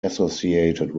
associated